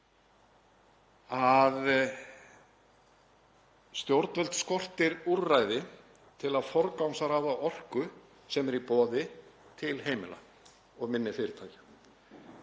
að stjórnvöld skortir úrræði til að forgangsraða orku sem er í boði til heimila og minni fyrirtækja.